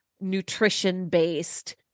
nutrition-based